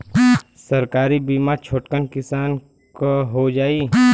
सरकारी बीमा छोटकन किसान क हो जाई?